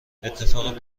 اتفاق